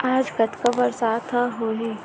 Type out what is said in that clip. आज कतका बरसात ह होही?